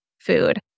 food